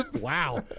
Wow